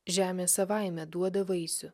žemė savaime duoda vaisių